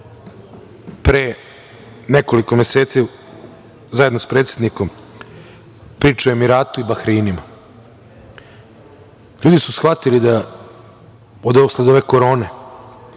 pre nekoliko meseci, zajedno sa predsednikom, priča o Emiratu i Bahreinu. Ljudi su shvatili da usled ove korone